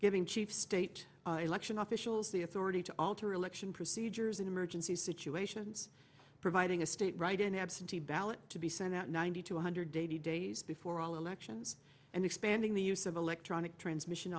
giving chief state election officials the authority to alter election procedures in emergency situations providing a state write in absentee ballots to be sent out ninety to one hundred eighty days before all elections and expanding the use of electronic transmission